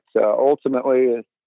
ultimately